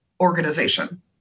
organization